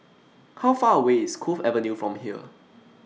How Far away IS Cove Avenue from here